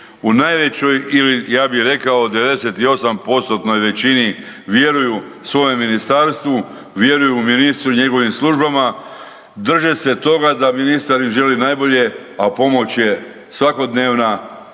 u najvećoj ili ja bi rekao 98%-tnoj većini vjeruju svojem ministarstvu, vjeruju ministru i njegovim službama, drže se toga da ministar im želi najbolje, a pomoć je svakodnevna,